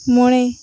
ᱢᱚᱬᱮ